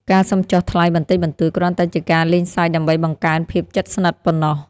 ការសុំចុះថ្លៃបន្តិចបន្តួចគ្រាន់តែជាការលេងសើចដើម្បីបង្កើនភាពជិតស្និទ្ធប៉ុណ្ណោះ។